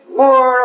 more